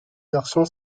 version